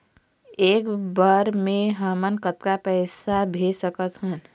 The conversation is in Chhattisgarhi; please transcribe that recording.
एक बर मे हमन कतका पैसा भेज सकत हन?